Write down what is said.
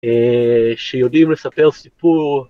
שיודעים לספר סיפור.